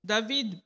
David